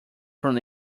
from